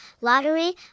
lottery